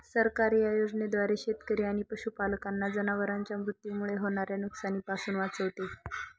सरकार या योजनेद्वारे शेतकरी आणि पशुपालकांना जनावरांच्या मृत्यूमुळे होणाऱ्या नुकसानीपासून वाचवते